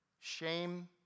Shame